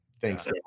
Thanks